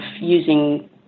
using